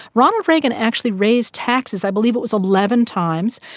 ronald reagan actually raised taxes, i believe it was eleven times.